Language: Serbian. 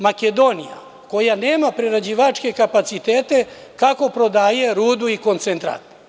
Makedonija, koja nema prerađivačke kapacitete, kako prodaje rudu i koncentrat?